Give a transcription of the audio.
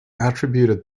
attributed